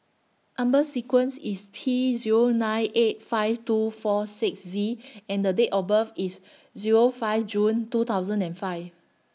Number sequence IS T Zero nine eight five two four six Z and The Date of birth IS Zero five June two thousand and five